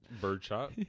Birdshot